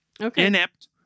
Inept